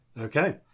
Okay